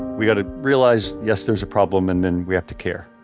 we got to realize, yes there's a problem and then we have to care.